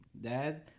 Dad